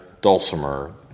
Dulcimer